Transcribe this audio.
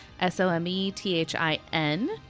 S-O-M-E-T-H-I-N